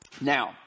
Now